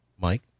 Mike